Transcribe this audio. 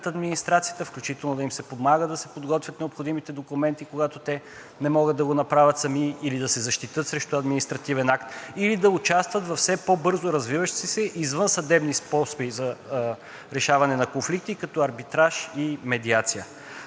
администрацията, включително да им се помага да се подготвят необходимите документи, когато те не могат да го направят сами, или да се защитят срещу административен акт, или да участват във все по-бързо развиващи се извънсъдебни способи за решаване на конфликти, като арбитраж и медиация.